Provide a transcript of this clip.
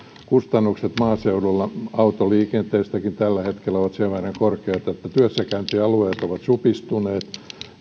kustannukset maaseudulla autoliikenteestäkin tällä hetkellä ovat sen verran korkeat että työssäkäyntialueet ovat supistuneet